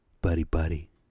buddy-buddy